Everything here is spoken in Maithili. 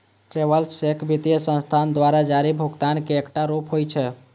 ट्रैवलर्स चेक वित्तीय संस्थान द्वारा जारी भुगतानक एकटा रूप होइ छै